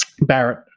Barrett